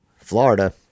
Florida